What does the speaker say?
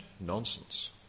Nonsense